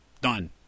Done